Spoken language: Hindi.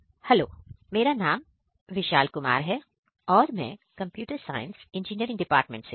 हेलो मेरा नाम विशाल कुमार है और मैं कंप्यूटर साइंस इंजीनियरिंग डिपार्टमेंट से हूं